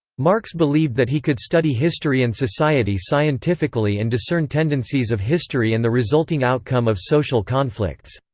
marx believed that he could study history and society scientifically and discern tendencies of history and the resulting outcome of social conflicts.